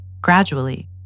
Gradually